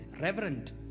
Reverend